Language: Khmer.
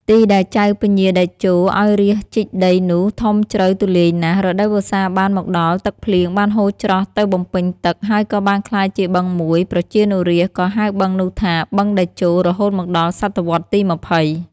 ទីដែលចៅពញាតេជោ ឱ្យរាស្ត្រជីកដីនោះធំជ្រៅទូលាយណាស់ រដូវវស្សាបានមកដល់ទឹកភ្លៀងបានហូរច្រោះទៅបំពេញទឹក ហើយក៏បានក្លាយជាបឹងមួយ ប្រជានុរាស្ត្រ ក៌ហៅបឹងនោះថា "បឹងតេជោ" រហូតមកដល់ ស.វទី២០។